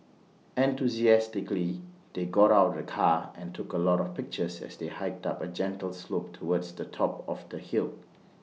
enthusiastically they got out of the car and took A lot of pictures as they hiked up A gentle slope towards the top of the hill